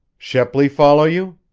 shepley follow you?